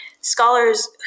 scholars